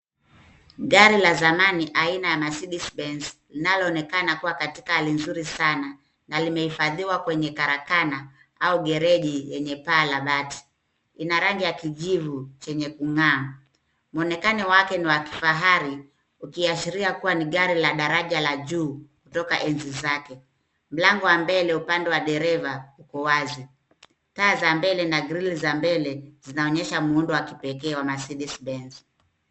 Gari la zamani aina ya Mercedes Benz linalonekana kuwa katika hali nzuri sana na limeifadhiwa kwenye karakana au gereji yenye paa labati. Ina rangi ya kijivu chenye kung'aa. Muonekano wake ni wa kifahari ukiashiria kuwa ni gari la daraja la juu kutoka enzi zake. Mlango wa mbele upande wa dereva uko wazi. Taa za mbele na grill za mbele zinaonyesha muundo wa kipekee wa Mercedes Benz.